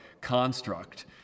construct